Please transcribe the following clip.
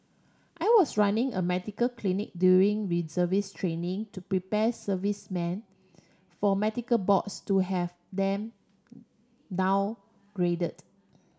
I was running a medical clinic during reservist training to prepare servicemen for medical boards to have them downgraded